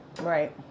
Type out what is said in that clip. Right